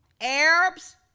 Arabs